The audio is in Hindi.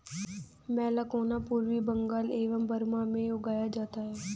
मैलाकोना पूर्वी बंगाल एवं बर्मा में उगाया जाता है